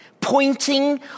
Pointing